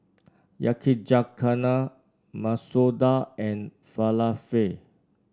Yakizakana Masoor Dal and Falafel